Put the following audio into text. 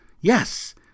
Yes